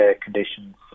conditions